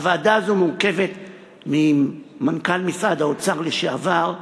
הוועדה הזו מורכבת ממנכ"ל משרד האוצר לשעבר,